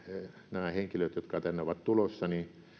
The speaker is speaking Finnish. nämä henkilöt jotka tänne ovat tulossa